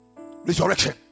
resurrection